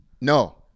No